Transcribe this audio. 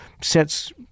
sets